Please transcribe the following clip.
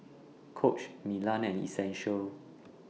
Coach Milan and Essential